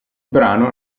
brano